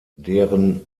deren